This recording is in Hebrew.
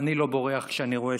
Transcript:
אני לא בורח כשאני רואה שוטר.